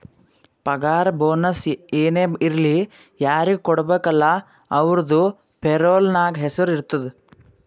ಪಗಾರ ಬೋನಸ್ ಏನೇ ಇರ್ಲಿ ಯಾರಿಗ ಕೊಡ್ಬೇಕ ಅಲ್ಲಾ ಅವ್ರದು ಪೇರೋಲ್ ನಾಗ್ ಹೆಸುರ್ ಇರ್ತುದ್